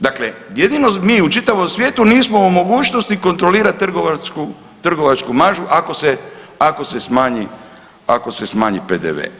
Dakle, jedino mi u čitavom svijetu nismo u mogućnosti kontrolirati trgovačku maržu ako se smanji PDV.